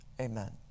Amen